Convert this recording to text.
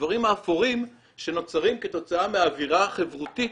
הדברים האפורים שנוצרים כתוצאה מהאווירה החברותית